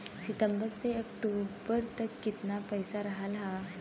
सितंबर से अक्टूबर तक कितना पैसा रहल ह?